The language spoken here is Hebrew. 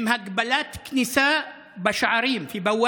עם הגבלת כניסה בשערים, (אומר